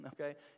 okay